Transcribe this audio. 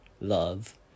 love